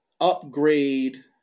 upgrade